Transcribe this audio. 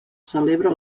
celebra